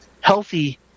healthy